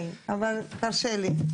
אבל תרשה לי.